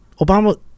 Obama